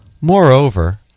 Moreover